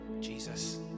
Jesus